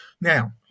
Now